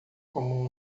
como